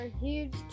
huge